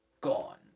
gone